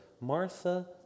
Martha